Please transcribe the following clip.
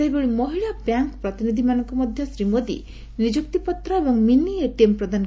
ସେହିଭଳି ମହିଳା ବ୍ୟାଙ୍କ ପ୍ରତିନିଧି ମାନଙ୍କୁ ମଧ୍ୟ ଶ୍ରୀ ମୋଦି ନିଯୁକ୍ତି ପତ୍ର ଏବଂ ମିନି ଏଟିଏମ୍ ପ୍ରଦାନ